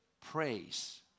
praise